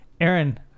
Aaron